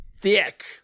thick